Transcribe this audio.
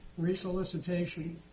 resolicitation